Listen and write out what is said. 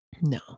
No